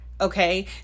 okay